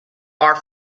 are